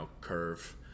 curve